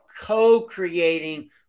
co-creating